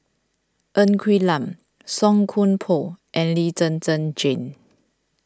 Ng Quee Lam Song Koon Poh and Lee Zhen Zhen Jane